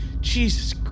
Jesus